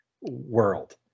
world